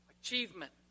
achievement